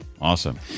Awesome